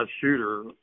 shooter